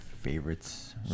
favorites